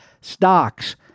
stocks